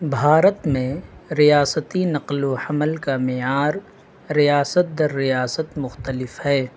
بھارت میں ریاستی نقل و حمل کا معیار ریاست در ریاست مختلف ہے